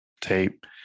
tape